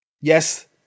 Yes